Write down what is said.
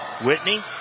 Whitney